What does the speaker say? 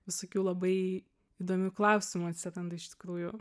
visokių labai įdomių klausimų atsiranda iš tikrųjų